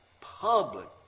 public